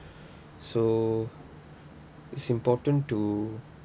so is important to